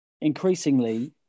increasingly